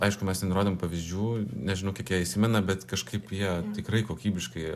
aišku mes ten rodėm pavyzdžių nežinau kiek jie įsimena bet kažkaip jie tikrai kokybiškai